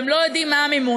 והם לא יודעים מה המימון,